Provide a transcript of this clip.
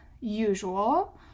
usual